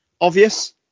obvious